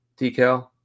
decal